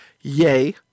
Yay